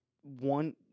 one –